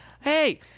Hey